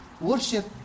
Worship